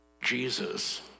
Jesus